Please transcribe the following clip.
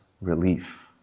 relief